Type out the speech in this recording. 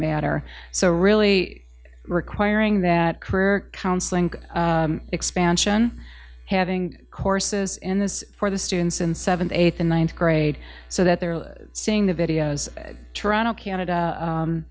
matter so really requiring that career counseling expansion having courses in this for the students in seventh eighth or ninth grade so that they're seeing the videos toronto canada